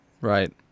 Right